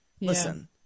Listen